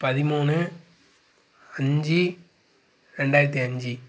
பதிமூணு அஞ்சு ரெண்டாயிரத்தி அஞ்சு